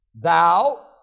thou